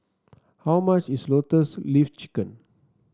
how much is Lotus Leaf Chicken